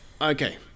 Okay